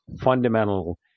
fundamental